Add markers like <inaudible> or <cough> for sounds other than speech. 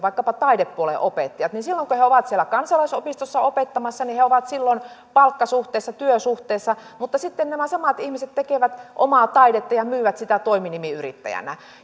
<unintelligible> vaikkapa taidepuolen opettajat silloin kun he ovat siellä kansalaisopistossa opettamassa he ovat palkkasuhteessa työsuhteessa mutta sitten nämä samat ihmiset tekevät omaa taidetta ja myyvät sitä toiminimiyrittäjänä